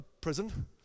Prison